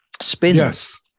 spins